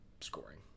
scoring